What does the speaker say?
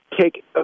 take